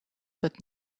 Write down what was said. but